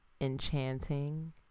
enchanting